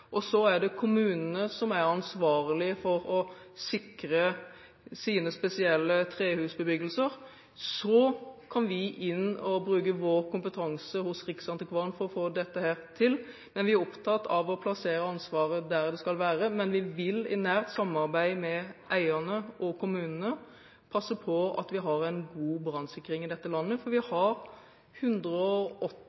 ansvarlige for å sikre sine spesielle trehusbebyggelser. Så kan vi komme inn og bruke vår kompetanse hos Riksantikvaren for å få dette til. Men vi er opptatt av å plassere ansvaret der det skal være. Men vi vil i nært samarbeid med eierne og kommunene passe på at vi har en god brannsikring i dette landet, for vi